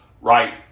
right